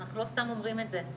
אנחנו לא סתם אומרים את זה.